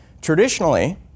traditionally